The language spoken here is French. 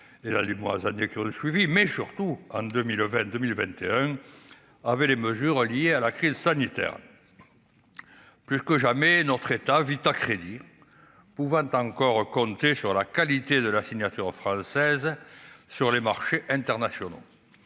les 3 années qui ont suivi, mais surtout en 2020, 2021, avec les mesures liées à la crise sanitaire, plus que jamais notre État vit à crédit pouvant encore compter sur la qualité de la signature française sur les marchés internationaux,